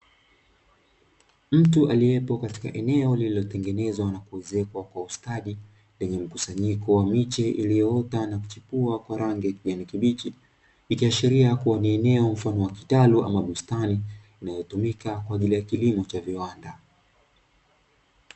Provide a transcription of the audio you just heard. Mtu aliyepo katika eneo lililotengenzwa na kuezekwa kwa ustadi, lenye mkusanyiko wa miche iliyoota na kuchipua kwa rangi ya kijani kibichi, ikiashiria kuwa ni eneo mfano wa kitalu ama bustani inayotumika kwa ajili ya kilimo cha viwanda.